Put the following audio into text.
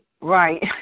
Right